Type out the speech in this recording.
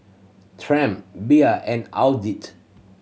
Triumph Bia and